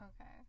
Okay